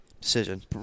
decision